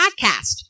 Podcast